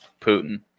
Putin